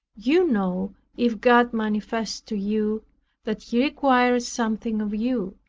you know if god manifests to you that he requires something of you